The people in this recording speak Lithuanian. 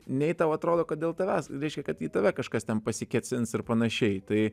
nei tau atrodo kad dėl tavęs reiškia kad į tave kažkas ten pasikėsins ir panašiai tai